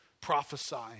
prophesying